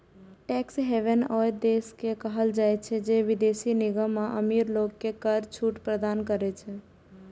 tax haven ओइ देश के कहल जाइ छै, जे विदेशी निगम आ अमीर लोग कें कर छूट प्रदान करै छै